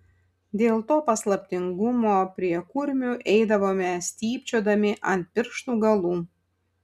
dėl to paslaptingumo prie kurmių eidavome stypčiodami ant pirštų galų